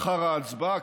ועובדות.